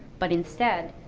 but instead,